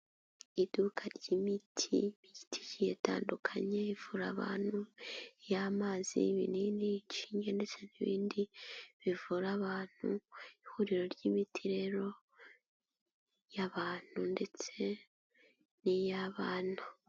Iduka ry'imititi, imiti igiye itandukanye ivura abantu, iy'amazi, ibinini, inshinge ndetse n'ibindi bivura abantu, ihuriro ry'imiti rero y'abantu ndetse n'iy'abana.